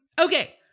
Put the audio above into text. okay